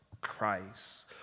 Christ